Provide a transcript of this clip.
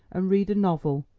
and read a novel,